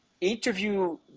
interview